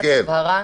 הבהרה,